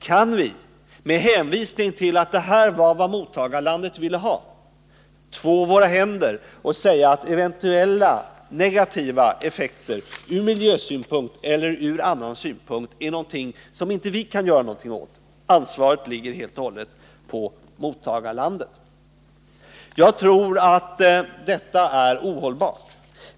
Kan vi, med hänvisning till att det här var vad mottagarlandet ville ha, två våra händer och säga att eventuella negativa effekter från miljösynpunkt eller från annan synpunkt är någonting som inte vi kan göra något åt och att ansvaret helt och hållet ligger på mottagarlandet? Jag tror att det vore ohållbart.